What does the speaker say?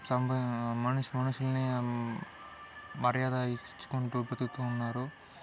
సం మనుషులు మనుషులని మర్యాద ఇచ్చుకుంటూ బ్రతుకుతూ ఉన్నారు